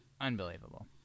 Unbelievable